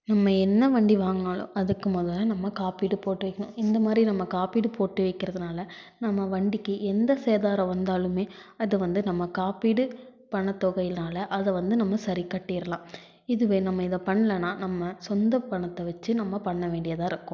நம்ம என்ன வண்டி வாங்குனாலும் அதுக்கு முதல்ல நம்ம காப்பீடு போட்டு வைக்கணும் இந்தமாதிரி நம்ம காப்பீடு போட்டு வைக்கிறதுனால நம்ம வண்டிக்கு எந்த சேதாரம் வந்தாலுமே அது வந்து நம்ம காப்பீடு பணத்தொகையினால் அதை வந்து நம்ம சரி கட்டிரலான் இதுவே நம்ம இதை பண்ணலனா நம்ம சொந்த பணத்தை வச்சு நம்ம பண்ண வேண்டியதாக இருக்கும்